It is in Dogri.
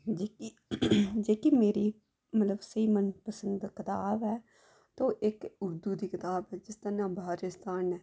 जेह्की मेरी मतलब स्हेई मनपसंद कताब ऐ ओह् इक उर्दू दी कताब ऐ जिसदा नांऽ बाहरीस्तान ऐ